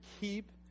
keep